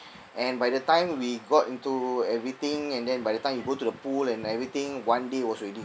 and by the time we got into everything and then by the time we go to the pool and everything one day was already